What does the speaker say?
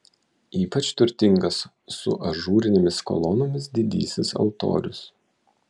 ypač turtingas su ažūrinėmis kolonomis didysis altorius